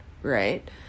Right